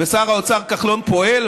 ושר האוצר כחלון פועל,